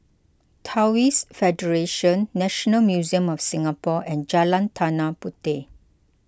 Taoist Federation National Museum of Singapore and Jalan Tanah Puteh